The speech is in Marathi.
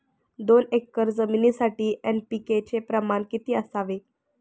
दोन एकर जमिनीसाठी एन.पी.के चे प्रमाण किती असावे?